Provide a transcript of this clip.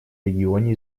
регионе